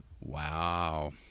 Wow